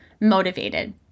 motivated